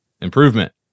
improvement